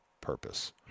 purpose